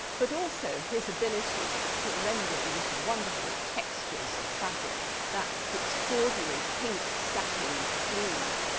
but also his ability to render these wonderful textures of fabric, that extraordinary pink satin sleeve,